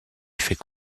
fait